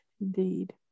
indeed